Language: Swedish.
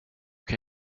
kan